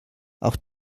auch